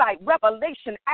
revelation